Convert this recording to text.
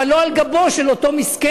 אבל לא על גבו של אותו מסכן,